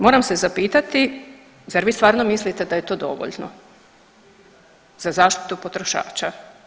Moram se zapitati zar vi stvarno mislite da je to dovoljno za zaštitu potrošača?